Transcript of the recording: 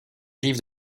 rives